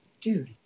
dude